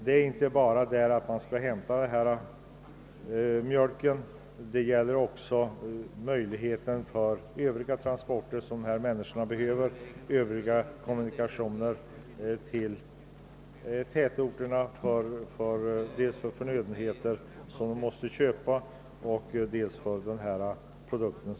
Det gäller inte bara mjölkhämtning utan även de övriga transporter till och kommunikationer med tätorterna som dessa människor behöver för inköp av förnödenheter och saluförande av framställda produkter.